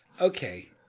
Okay